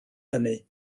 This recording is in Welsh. hynny